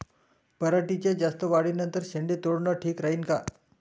पराटीच्या जास्त वाढी नंतर शेंडे तोडनं ठीक राहीन का?